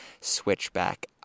switchback